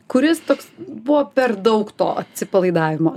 kuris toks buvo per daug to atsipalaidavimo